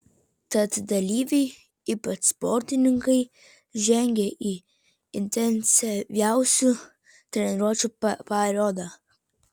tad dalyviai ypač sportininkai žengia į intensyviausių treniruočių periodą